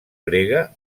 grega